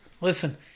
listen